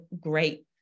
great